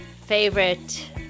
favorite